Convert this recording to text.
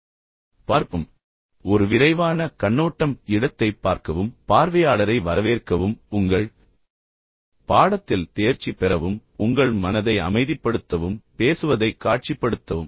நான் சுருக்கமாக விவாதிக்கப் போவதைப் பற்றிய ஒரு விரைவான கண்ணோட்டம் இடத்தைப் பார்க்கவும் பார்வையாளரை வரவேற்கவும் உங்கள் பாடத்தில் தேர்ச்சி பெறவும் உங்கள் மனதை அமைதிப்படுத்தவும் பேசுவதைக் காட்சிப்படுத்தவும்